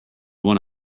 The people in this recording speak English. one